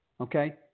Okay